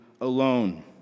alone